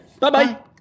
Bye-bye